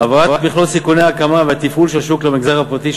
העברת מכלול סיכוני ההקמה והתפעול של השוק למגזר הפרטי,